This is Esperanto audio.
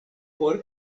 por